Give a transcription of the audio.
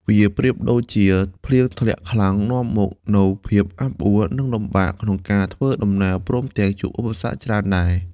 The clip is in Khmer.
វាប្រៀបដូចជាភ្លៀងធ្លាក់ខ្លាំងនាំមកនូវភាពអាប់អួរ និងលំបាកក្នុងការធ្វើដំណើរព្រមទាំងជួបឧបសគ្គច្រើនដែរ។